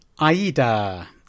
Aida